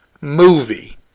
movie